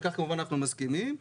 ועל כך אנחנו מסכימים כמובן.